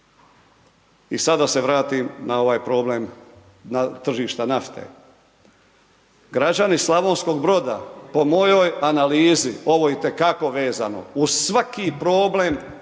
I sad da se vratim na ovaj problem, na tržišta nafte. Građani Slavonskog Broda po mojoj analizi, ovo je itekako vezano uz svaki problem o kojem